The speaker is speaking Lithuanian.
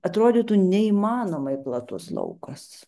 atrodytų neįmanomai platus laukas